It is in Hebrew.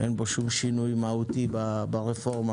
ואין בו שום שינוי מהותי ברפורמה.